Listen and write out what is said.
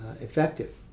effective